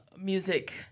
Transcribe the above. music